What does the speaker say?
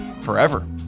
forever